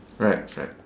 correct correct